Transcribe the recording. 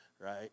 Right